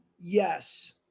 Yes